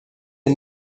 est